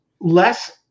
less